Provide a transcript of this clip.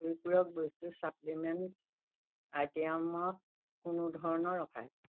পৰিপূৰক বস্তুত কোনো ধৰণৰ অফাৰ